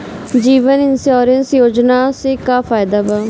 जीवन insurance योजना से का फायदा बा?